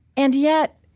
and yet,